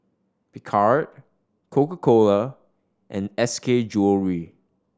Picard Coca Cola and S K Jewellery